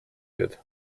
wird